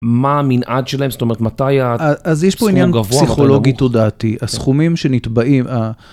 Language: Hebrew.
מה המנעד שלהם, זאת אומרת, מתי הסכום גבוה, מתי נמוך. אז יש פה עניין פסיכולוגי תודעתי, הסכומים שנטבעים,